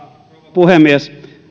puhemies